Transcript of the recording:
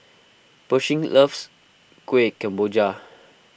Pershing loves Kueh Kemboja